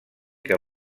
que